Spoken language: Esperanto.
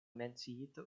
menciita